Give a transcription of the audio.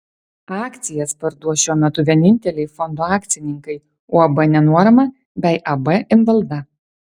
akcijas parduos šiuo metu vieninteliai fondo akcininkai uab nenuorama bei ab invalda